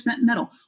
metal